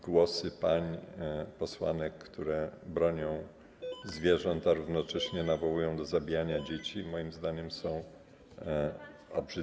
Głosy pań posłanek, które bronią zwierząt, a równocześnie nawołują do zabijania dzieci, moim zdaniem są obrzydliwe.